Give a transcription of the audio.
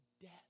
death